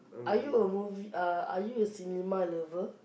are you a movie uh are you a cinema lover